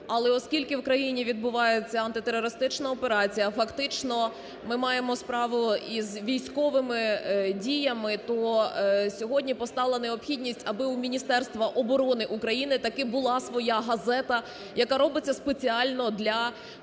але оскільки в Україні відбувається антитерористична операція, фактично ми маємо справу із військовими діями, то сьогодні постала необхідність, аби у Міністерства оборони України таки була своя газета, яка робиться спеціально для